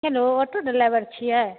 hello auto deliver छि है